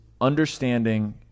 understanding